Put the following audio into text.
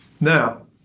Now